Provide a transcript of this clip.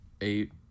eight